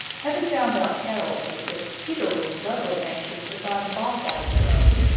having found out carol's secret, peter was doubly anxious to find bob white's home,